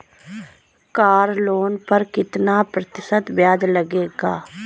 Car loan पर कितना प्रतिशत ब्याज लगेगा?